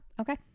Okay